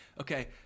Okay